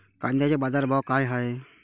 कांद्याचे बाजार भाव का हाये?